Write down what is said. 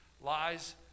Lies